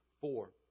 four